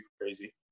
crazy